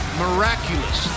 Miraculous